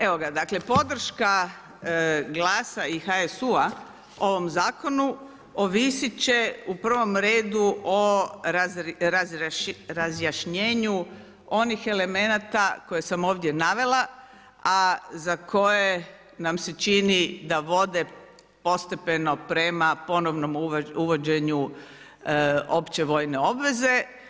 Evo ga, dakle, podrška GLAS-a i HSU-a ovom zakonu ovisit će u prvom redu o razjašnjenju onih elemenata koje sam ovdje navela a za koje nam se čini da vode postepeno prema ponovno uvođenju opće vojne obveze.